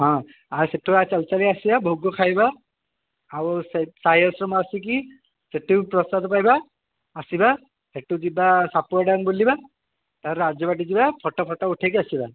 ହଁ ଆଉ ସେଠୁ ଚାଲି ଚାଲି ଆସିବା ଭୋଗ ଖାଇବା ଆଉ ସାଇ ଆଶ୍ରମ ଆସିକି ସେଠି ବି ପ୍ରସାଦ ପାଇବା ଆସିବା ସେଠୁ ଯିବା ସାପୁଆ ଡ୍ୟାମ୍ ବୁଲିବା ତାପରେ ରାଜବାଟୀ ଯିବା ଫୋଟୋ ଫୋଟୋ ଉଠେଇକି ଆସିବା